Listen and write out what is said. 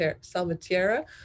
Salvatierra